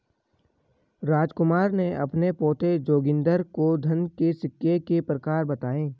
रामकुमार ने अपने पोते जोगिंदर को धन के सिक्के के प्रकार बताएं